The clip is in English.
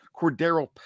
Cordero